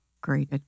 Great